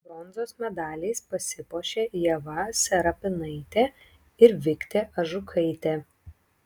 bronzos medaliais pasipuošė ieva serapinaitė ir viktė ažukaitė